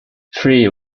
three